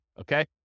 okay